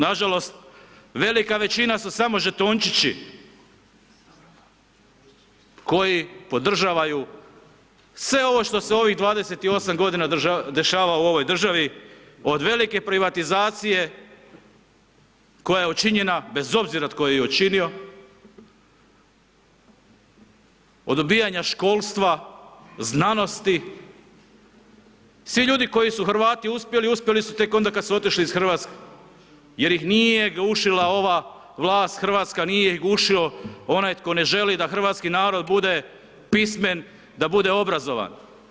Nažalost, velika većina su samo žetončići, koji podržavaju sve ovo što se u ovih 28 g. dešava u ovoj državi, od velike privatizacije, koja je učinjena bez obzira tko ju je učinio, od odbijanja školstva, znanosti, svi ljudi koji su Hrvati uspjeli, uspije li su tek onda kada su otišli iz Hrvatske, jer ih nije gušila ova vlast, Hrvatska, nije ih gušilo onaj tko ne želi da hrvatski narod, bude pismen, da bude obrazovan.